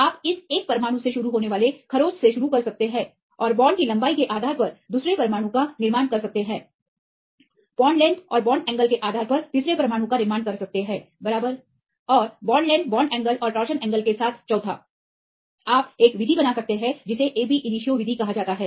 आप इस एकल परमाणु से शुरू होने वाले खरोंच से शुरू कर सकते हैं और बांड की लंबाई के आधार पर दूसरे परमाणु का निर्माण कर सकते हैं बॉन्ड लेंथ और बॉन्ड एंगल के आधार पर तीसरे परमाणु का निर्माण कर सकते हैं बराबर और बॉन्ड लेंथ बॉन्ड एंगल और टोरशन एंगल के साथ चौथा आप एक विधि बना सकते हैं जिसे एबी इनिशियो विधि कहा जाता है